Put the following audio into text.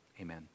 Amen